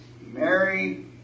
Mary